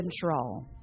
control